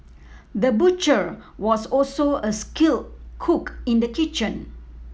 the butcher was also a skilled cook in the kitchen